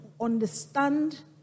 understand